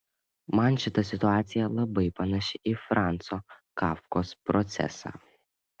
man šita situacija labai panaši į franco kafkos procesą